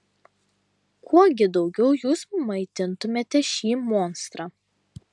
kuo gi daugiau jūs maitintumėte šį monstrą